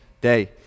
day